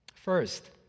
First